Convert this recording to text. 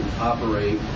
operate